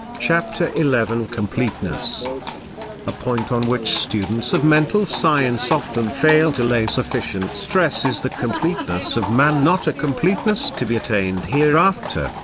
chapter eleven completeness a point on which students of mental science often fail to lay sufficient stress is the completeness of man not a completeness to be attained hereafter,